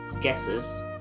guesses